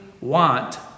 want